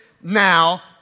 now